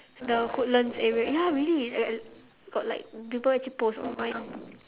the woodlands area ya really uh got like people actually post online